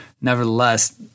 nevertheless